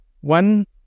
One